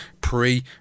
pre-